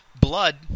blood